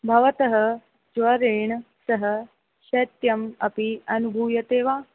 भवतः ज्वरेण सह शैत्यम् अपि अनुभूयते वा